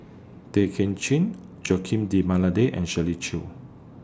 Tay Kim Chin Joaquim D'almeida and Shirley Chew